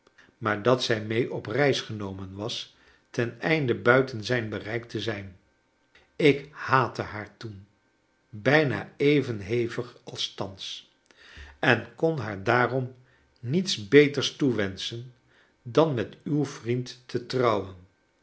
maar dat zij mee op reis genomen was ten einde buiten zijn bereik te zijn ik haatte haar toen bijna even hevig als thans en kon haar daarom niets beters toewenschen dan met uw vriend te trouwen